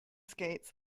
skates